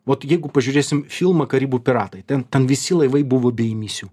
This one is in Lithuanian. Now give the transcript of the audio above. vot jeigu pažiūrėsim filmą karibų piratai ten ten visi laivai buvo be emisijų